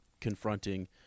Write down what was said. confronting